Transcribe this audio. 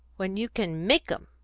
when you can make em?